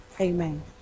Amen